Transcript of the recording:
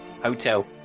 hotel